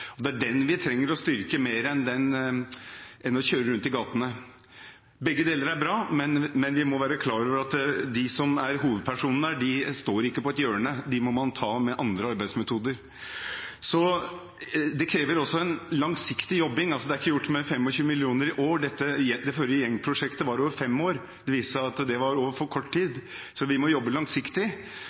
Det er den vi trenger å styrke, mer enn å kjøre rundt i gatene. Begge deler er bra, men vi må være klar over at hovedpersonene her står ikke på et hjørne – dem må man ta med andre arbeidsmetoder. Det krever langsiktig jobbing, og det er ikke gjort med 25 mill. kr i år. Det forrige gjengprosjektet gikk over fem år. Det viste seg at det var for kort tid. Vi må jobbe langsiktig.